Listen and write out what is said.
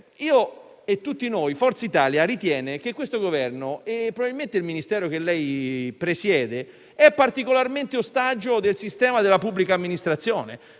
pubbliche. Forza Italia ritiene che il Governo e, probabilmente, il Ministero che lei presiede siate particolarmente ostaggio del sistema della pubblica amministrazione.